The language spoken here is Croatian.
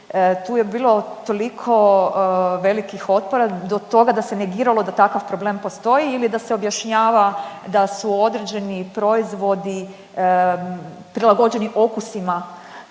tu je bilo toliko velikih otpora do toga da se negiralo da takav problem postoji ili da se objašnjava da su određeni proizvodi prilagođeni okusima